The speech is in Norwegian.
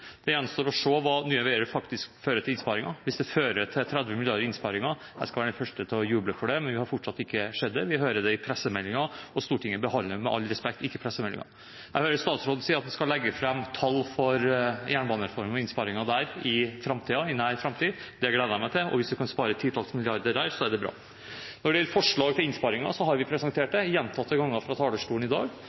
Det gjenstår å se hvilke innsparinger Nye Veier faktisk fører til. Hvis det fører til 30 mrd. kr i innsparinger, skal jeg være den første til å juble for det. Men vi har fortsatt ikke sett det – vi leser om det i pressemeldinger. Stortinget behandler, med all respekt, ikke pressemeldinger. Jeg hører statsråden si at han skal legge fram tall for jernbanereformen og innsparinger der, i nær framtid. Det gleder jeg meg til. Hvis en kan spare titalls milliarder der, er det bra. Når det gjelder forslag til innsparinger, har vi presentert det fra talerstolen gjentatte ganger i dag,